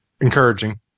encouraging